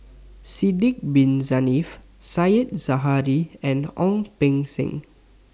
Sidek Bin Saniff Said Zahari and Ong Beng Seng